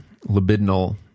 libidinal